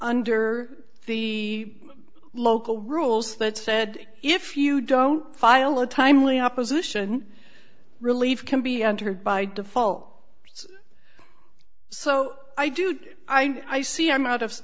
under the local rules that said if you don't file a timely opposition relief can be entered by default so i do i see i'm out of